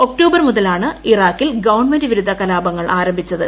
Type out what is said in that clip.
October മുതലാണ് ഇറാഖിൽ government വിരുദ്ധ കലാപങ്ങൾ ആരംഭിച്ചത്